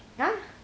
!huh!